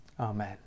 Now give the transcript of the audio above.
Amen